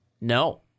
No